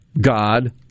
God